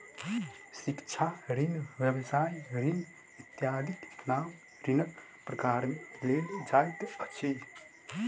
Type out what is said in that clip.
शिक्षा ऋण, व्यवसाय ऋण इत्यादिक नाम ऋणक प्रकार मे लेल जाइत अछि